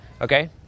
okay